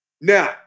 Now